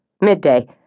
Midday